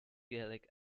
gaelic